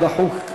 הדחוק,